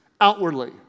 outwardly